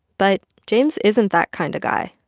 but james isn't that kind of guy.